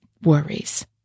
worries